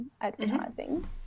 advertising